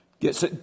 Yes